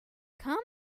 come